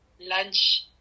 lunch